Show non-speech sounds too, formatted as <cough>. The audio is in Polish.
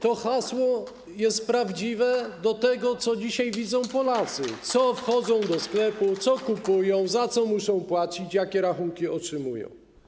To hasło jest prawdziwe w odniesieniu do tego, co dzisiaj widzą Polacy, <applause> gdy wchodzą do sklepu, co kupują, za co muszą płacić, jakie rachunki otrzymują.